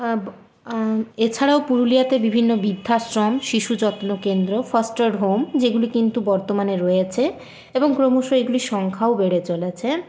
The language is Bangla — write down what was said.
এছাড়াও পুরুলিয়াতে বিভিন্ন বিদ্ধাশ্রম শিশু যত্ন কেন্দ্র ফস্টার হোম যেগুলো কিন্তু বর্তমানে রয়েছে এবং ক্রমশ এগুলির সংখ্যাও বেড়ে চলেছে